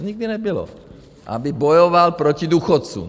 To nikdy nebylo, aby bojoval proti důchodcům.